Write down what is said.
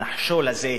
הנחשול הזה,